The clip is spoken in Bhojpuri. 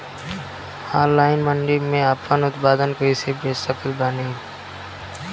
ऑनलाइन मंडी मे आपन उत्पादन कैसे बेच सकत बानी?